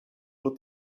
wird